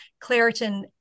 Claritin